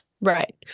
Right